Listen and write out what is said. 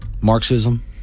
Marxism